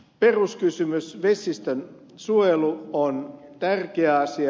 peruskysymys vesistönsuojelu on tärkeä asia